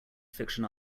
fiction